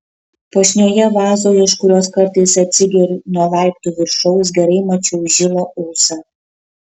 puošnioje vazoje iš kurios kartais atsigeriu nuo laiptų viršaus gerai mačiau žilą ūsą